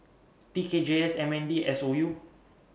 T K G S M N D S O U